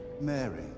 mary